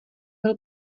byl